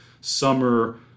summer